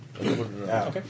Okay